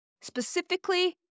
specifically